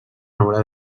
haurà